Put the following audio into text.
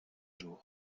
jours